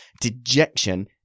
dejection